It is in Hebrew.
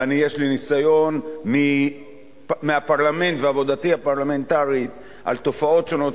ויש לי ניסיון מהפרלמנט ומעבודתי הפרלמנטרית על תופעות שונות.